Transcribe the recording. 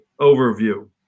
overview